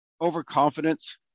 overconfidence